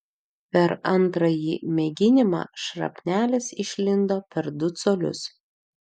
per antrąjį mėginimą šrapnelis išlindo per du colius